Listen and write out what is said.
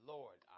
Lord